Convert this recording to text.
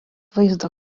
vaizdo